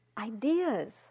ideas